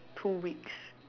two weeks